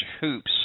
hoops